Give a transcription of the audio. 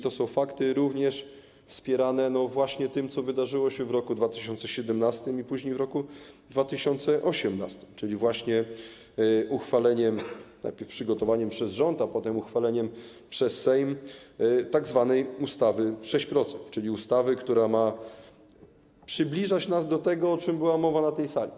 To są fakty również spowodowane właśnie tym, co wydarzyło się w roku 2017 i później w roku 2018, czyli właśnie najpierw przygotowaniem przez rząd, a potem uchwaleniem przez Sejm tzw. ustawy 6%, czyli ustawy, która ma przybliżać nas do tego, o czym była mowa na tej sali.